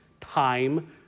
time